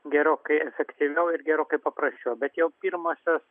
gerokai efektyviau ir gerokai paprasčiau bet jau pirmosios